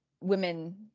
women